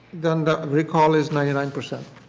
then the recall is ninety nine percent.